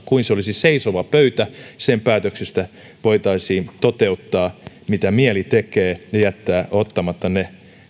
kuin se olisi seisova pöytä ikään kuin sen päätöksistä voitaisiin toteuttaa mitä mieli tekee ja jättää ottamatta ne